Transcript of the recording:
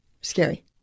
Scary